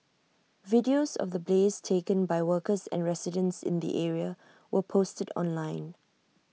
videos of the blaze taken by workers and residents in the area were posted online